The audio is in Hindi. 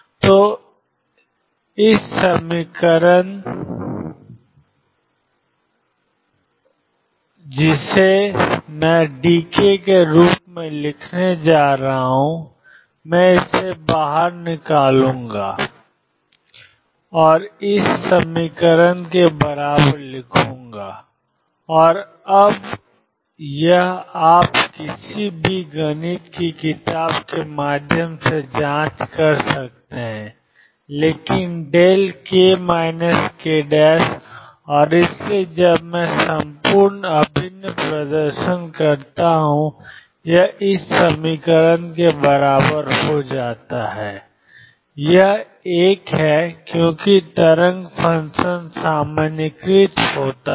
तो ∞ xxdx ∞ dx 12π ∞ dk Ake ikx12π ∞ dk Akeikx जिसे मैं dk के रूप में लिखने जा रहा हूं मैं इसे बाहर निकालूंगा ∞dk ∞dkAkAk ∞ dx eik kx2π और यह आप किसी भी गणित की किताब के माध्यम से जांच सकते हैं लेकिन δk k और इसलिए जब मैं संपूर्ण अभिन्न प्रदर्शन करता हूं यह ∞ dk Ak2 के बराबर हो जाता है और यह 1 है क्योंकि तरंग फ़ंक्शन सामान्यीकृत होता है